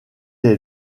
est